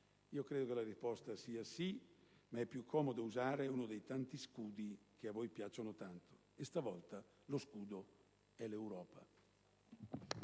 Io credo che la risposta sia sì, ma è più comodo usare uno dei tanti scudi che a voi piacciono tanto. E stavolta lo scudo è l'Europa.